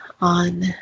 on